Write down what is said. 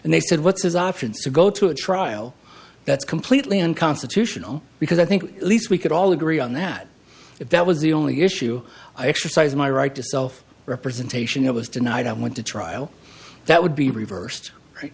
and they said what's his options to go to a trial that's completely unconstitutional because i think at least we could all agree on that if that was the only issue i exercise my right to self representation of us tonight i went to trial that would be reversed